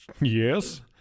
yes